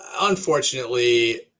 unfortunately